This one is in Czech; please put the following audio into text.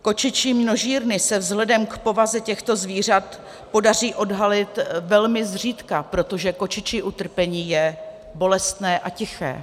Kočičí množírny se vzhledem k povaze těchto zvířat podaří odhalit velmi zřídka, protože kočičí utrpení je bolestné a tiché.